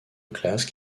classe